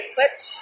Switch